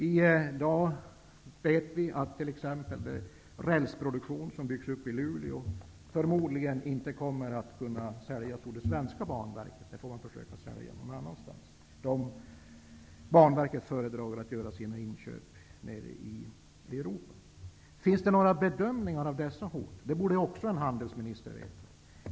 I dag vet vi t.ex. beträffande den rälsproduktion som byggs upp i Luleå att produkterna förmodligen inte kommer att kunna säljas till Banverket i Sverige, utan man får försöka sälja någon annanstans. Banverket föredrar väl att göra sina inköp nere i Europa. Finns det några bedömningar av dessa hot? Också det borde en handelsminister veta.